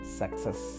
success